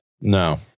No